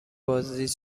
بازدید